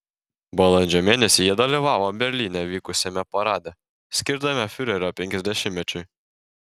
balandžio mėnesį jie dalyvavo berlyne vykusiame parade skirtame fiurerio penkiasdešimtmečiui